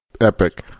Epic